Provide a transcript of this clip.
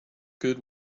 good